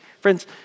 Friends